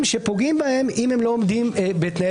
יש לו גם אחריות אני לא יודע אם הציבור זוכר על הפשיעה.